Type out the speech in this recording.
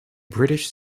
british